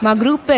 um group. and